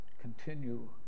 continue